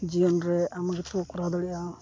ᱡᱤᱭᱚᱱᱨᱮ ᱟᱭᱢᱟ ᱠᱤᱪᱷᱩᱠᱚ ᱠᱚᱨᱟᱣ ᱫᱟᱲᱮᱭᱟᱜᱼᱟ